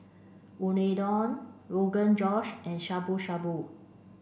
Unadon Rogan Josh and Shabu Shabu